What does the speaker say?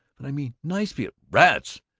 but i mean nice people! rats,